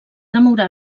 demorar